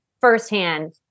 firsthand